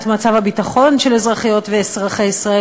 את מצב הביטחון של אזרחיות ואזרחי ישראל,